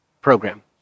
program